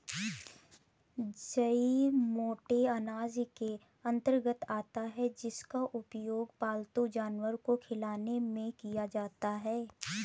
जई मोटे अनाज के अंतर्गत आता है जिसका उपयोग पालतू जानवर को खिलाने में किया जाता है